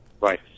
Right